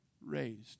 raised